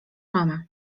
mamę